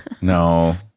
No